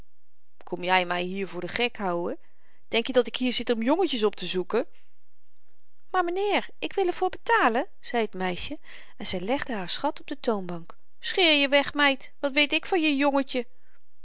kom je my hier voor den gek houden denk je dat ik hier zit om jongetjes optezoeken maar m'nheer ik wil er voor betalen zei t meisje en zy legde haar schat op de toonbank scheer je weg meid wat weet ik van je jongetje